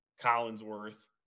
Collinsworth